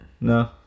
No